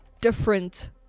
different